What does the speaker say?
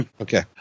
Okay